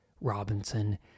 Robinson